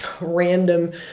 random